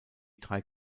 drei